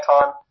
time